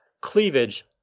cleavage